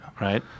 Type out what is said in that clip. Right